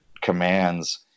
commands